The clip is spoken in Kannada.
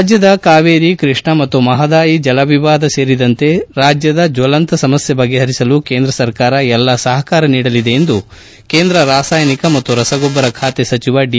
ರಾಜ್ಯದ ಕಾವೇರಿ ಕೃಷ್ಣ ಮತ್ತು ಮಹದಾಯಿ ಜಲವಿವಾದ ಸೇರಿದಂತೆ ರಾಜ್ಯದ ಜ್ವಲಂತ ಸಮಸ್ಯೆ ಬಗೆಹರಿಸಲು ಕೇಂದ್ರ ಸರ್ಕಾರ ಎಲ್ಲಾ ಸಹಕಾರ ನೀಡಲಿದೆ ಎಂದು ಕೇಂದ್ರ ರಾಸಾಯನಿಕ ಮತ್ತು ರಸಗೊಬ್ಬರ ಖಾತೆ ಸಚಿವ ದಿ